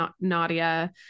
Nadia